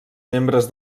membres